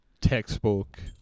textbook